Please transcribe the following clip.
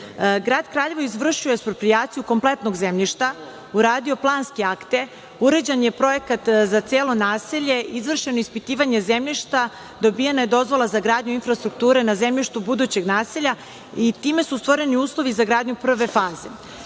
Kraljevo izvršio je eksproprijaciju kompletnog zemljišta, uradio planske akte, urađen je projekat za celo naselje, izvršeno ispitivanje zemljišta, dobijena je dozvola za gradnju infrastrukture na zemljištu budućeg naselja i time su stvoreni uslovi za gradnju prve faze.